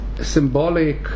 symbolic